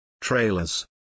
Trailers